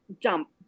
jump